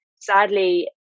sadly